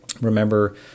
remember